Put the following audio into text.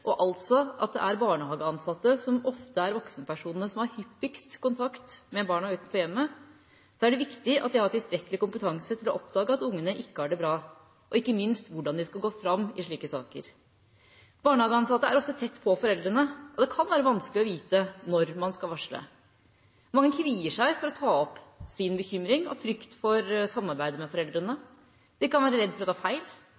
og altså at det er barnehageansatte som ofte er voksenpersonene som har hyppigst kontakt med barna utenfor hjemmet, er det viktig at de har tilstrekkelig kompetanse til å oppdage at ungene ikke har det bra, og ikke minst hvordan de skal gå fram i slike saker. Barnehageansatte er ofte tett på foreldrene, og det kan være vanskelig å vite når man skal varsle. Mange kvier seg for å ta opp sin bekymring av frykt for samarbeidet med foreldrene,